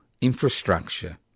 infrastructure